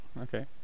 Okay